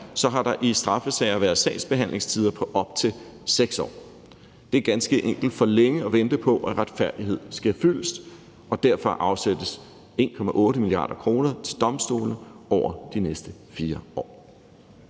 er, har der i straffesager været sagsbehandlingstider på op til 6 år. Det er ganske enkelt for længe at vente på, at retfærdigheden sker fyldest, og derfor afsættes 1,8 mia. kr. til domstolene over de næste 4 år.